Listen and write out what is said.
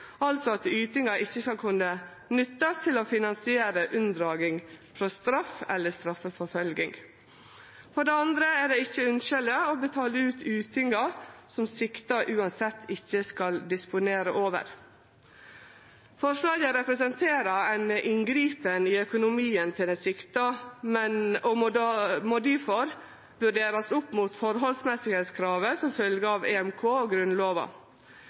altså at ytinga ikkje skal kunne nyttast til å finansiere unndraging frå straff eller straffeforfølging. For det andre er det ikkje ønskjeleg å betale ut ytingar som sikta uansett ikkje skal disponere over. Forslaget representerer eit inngrep i økonomien til dei sikta og må difor vurderast opp mot forholdsmessigheitskrava som følgjer av EMK og Grunnlova.